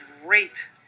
great